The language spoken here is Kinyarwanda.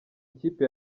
ikipe